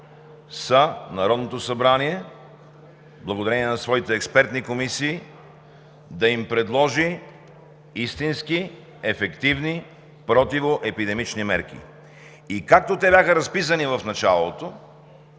са Народното събрание, благодарение на своите експертни комисии, да им предложи истински, ефективни, противоепидемични мерки. И както те бяха разписани в началото